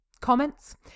Comments